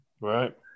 right